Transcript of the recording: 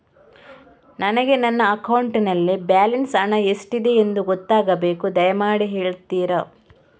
ನನಗೆ ನನ್ನ ಅಕೌಂಟಲ್ಲಿ ಬ್ಯಾಲೆನ್ಸ್ ಹಣ ಎಷ್ಟಿದೆ ಎಂದು ಗೊತ್ತಾಗಬೇಕು, ದಯಮಾಡಿ ಹೇಳ್ತಿರಾ?